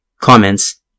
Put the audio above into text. Comments